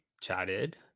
chatted